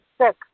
Six